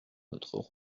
notre